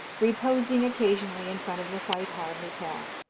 reposing occasionally in front of the white hart hotel.